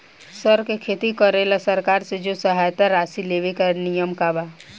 सर के खेती करेला सरकार से जो सहायता राशि लेवे के का नियम बा?